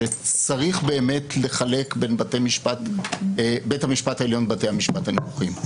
שצריך באמת לחלק בין בית המשפט העליון לבתי המשפט הנמוכים,